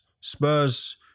Spurs